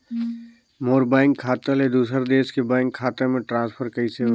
मोर bank खाता ले दुसर देश के बैंक खाता मे ट्रांसफर कइसे होही?